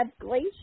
Glacier